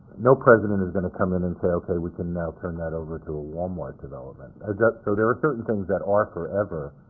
no president is going to come in and say, okay, we can now turn that over to a walmart development. ah so there are certain things that are forever,